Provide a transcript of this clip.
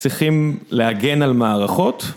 צריכים להגן על מערכות